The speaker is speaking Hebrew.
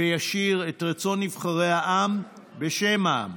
וישיר את רצון נבחרי העם בשם העם.